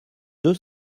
deux